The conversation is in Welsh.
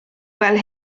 fel